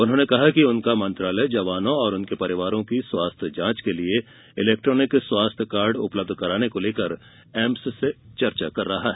उन्होंने कहा कि उनका मंत्रालय जवानों और उनके परिवारों की स्वास्थ्य जांच के लिये इलेक्ट्रॉनिक स्वास्थ्य कार्ड उपलब्ध कराने के लिये एम्स से चर्चा कर रहा है